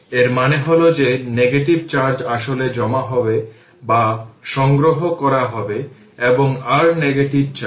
এর মানে হল যে নেগেটিভ চার্জ আসলে জমা হবে বা সংগ্রহ করা হবে এবং r নেগেটিভ চার্জ